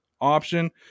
option